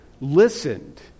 listened